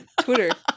Twitter